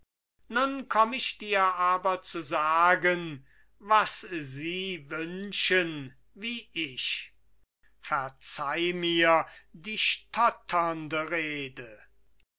nun komm ich dir aber zu sagen was sie wünschen wie ich verzeih mir die stotternde rede